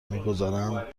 میگذارند